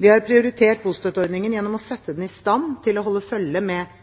Vi har prioritert bostøtteordningen gjennom å sette den i stand til å holde følge med